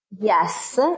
Yes